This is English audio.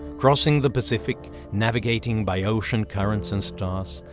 crossing the pacific, navigating by ocean currents and stars,